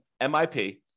MIP